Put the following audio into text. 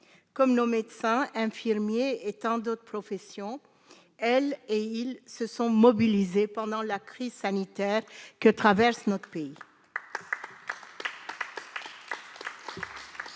comme nos médecins, infirmiers et tant d'autres professions elle et il se sont mobilisés pendant la crise sanitaire que traverse notre pays.